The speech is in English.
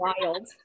wild